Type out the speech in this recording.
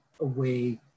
away